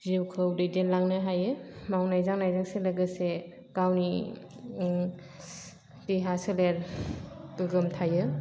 जिउखौ दैदेनलांनो हायो मावनाय दांनायजोंसो लोगोसे गावनि देहा सोलेर गोगोम थायो